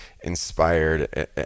inspired